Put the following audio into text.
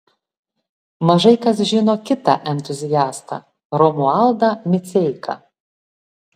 mažai kas žino kitą entuziastą romualdą miceiką